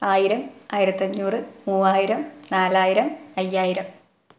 ആയിരം ആയിരത്തഞ്ഞൂറ് മൂവായിരം നാലായിരം അയ്യായിരം